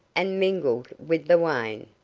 and mingled with the wan,